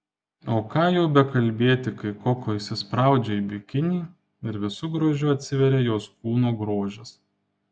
o ką jau bekalbėti kai koko įsispraudžia į bikinį ir visu grožiu atsiveria jos kūno grožis